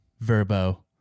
Verbo